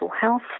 health